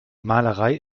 malerei